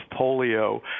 polio